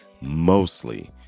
Mostly